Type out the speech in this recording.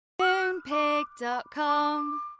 Moonpig.com